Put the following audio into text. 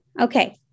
Okay